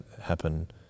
happen